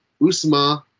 Usma